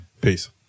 Peace